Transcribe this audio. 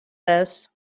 this